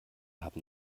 haben